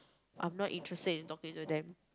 I'm not interested in talking to them